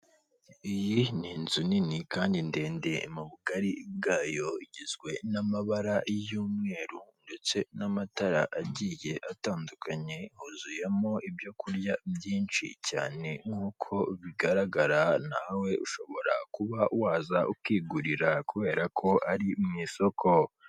Iyi ni inzu nini kandi ndende mu bugari bwayo igizwe n' amabara y'umweru ndetse n' amatara agiye atandukanye, huzuyemo ibyo kurya byinshi cyane nkuko bigaragara nawe ushobora kuba waza ukigurira kubera ko ari mu isoko.